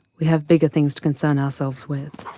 we have bigger things to concern ourselves with.